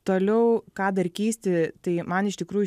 toliau ką dar keisti tai man iš tikrųjų